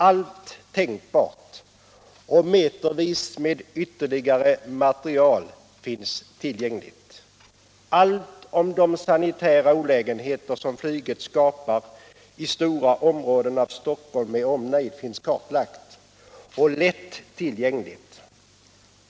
Allt tänkbart om detta och metervis med ytterligare material finns tillgängligt. Allt om de sanitära olägenheter som flyget skapar i stora områden av Stockholm med omnejd finns kartlagt och lätt tillgängligt.